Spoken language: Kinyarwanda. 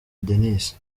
denis